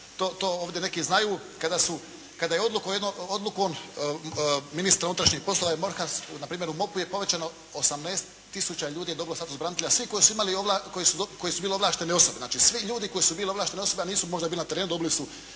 To ovdje neki znaju kada je odlukom ministra unutrašnjih poslova i MORH-a, npr. u MUP-u je povećano, 18 tisuća ljudi je dobilo status branitelja, svi koji su bili ovlaštene osobe. Znači, svi ljudi koji su bili ovlaštene osobe, a nisu možda bili na terenu dobili su.